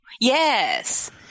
Yes